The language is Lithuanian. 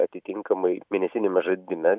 atitinkamai mėnesiniame žaidime